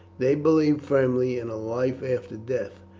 they believed firmly in a life after death,